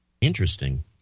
Interesting